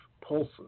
pulses